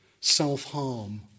self-harm